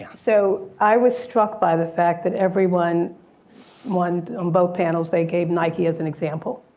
so i was struck by the fact that everyone want, on both panels, say gave nike as an example